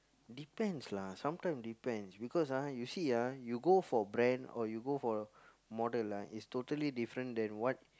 depends lah sometimes depends because ah you see ah you go for brand or you go for model ah it's totally different than what